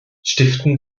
stiften